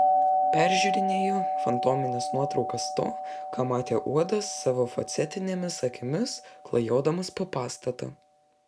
peržiūrinėju fantomines nuotraukas to ką matė uodas savo facetinėmis akimis klajodamas po pastatą